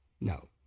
No